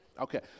Okay